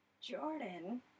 Jordan